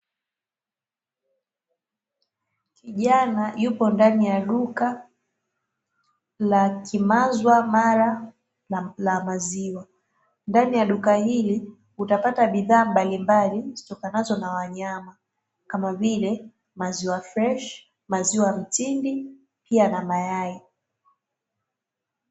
kijana yupo ndani ya duka la "kimazwa mara" la maziwa, ndani ya duka hili utapata bidhaa mbalimbali zitokanazo na wanyama, kama vile maziwa freshi, maziwa Mtindi, pia na Mayai.